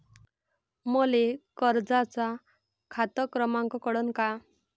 मले कर्जाचा खात क्रमांक कळन का?